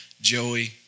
Joey